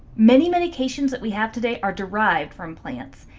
many medications that we have today are derived from plants.